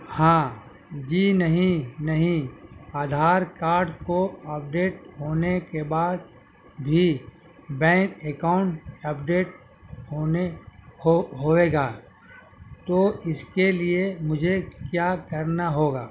ہاں جی نہیں نہیں آدھار کارڈ کو اپڈیٹ ہونے کے بعد بھی بینک اکاؤنٹ اپڈیٹ ہونے ہو ہوئے گا تو اس کے لیے مجھے کیا کرنا ہوگا